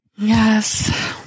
Yes